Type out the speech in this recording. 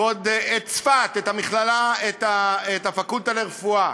את צפת, את המכללה, את הפקולטה לרפואה,